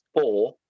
four